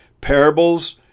parables